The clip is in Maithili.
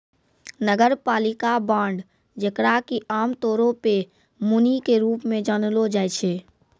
नगरपालिका बांड जेकरा कि आमतौरो पे मुनि के रूप मे जानलो जाय छै